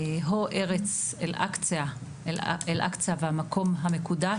הו, ארץ אל-אקצא והמקום המקודש.